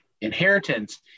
inheritance